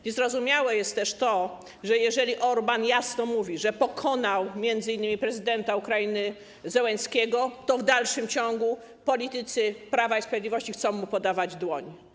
Niezrozumiałe jest też to, że gdy Orbán jasno mówi, że pokonał m.in. prezydenta Ukrainy Zełenskiego, to w dalszym ciągu politycy Prawa i Sprawiedliwości chcą mu podawać dłoń.